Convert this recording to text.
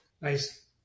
nice